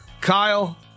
Kyle